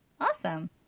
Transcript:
Awesome